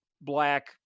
black